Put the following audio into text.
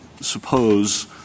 suppose